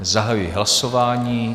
Zahajuji hlasování.